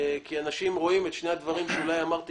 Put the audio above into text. אולי אנשים רואים את שני הדברים שאמרתי